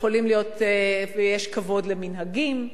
ויש כבוד למנהגים,